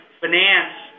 finance